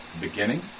beginning